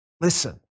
listen